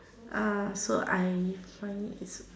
so I find it